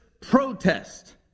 protest